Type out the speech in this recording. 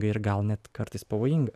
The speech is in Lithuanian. ir gal net kartais pavojinga